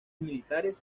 militares